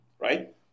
right